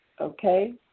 okay